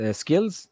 skills